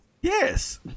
yes